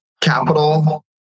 capital